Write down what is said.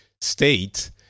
state